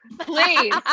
Please